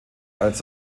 als